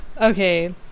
Okay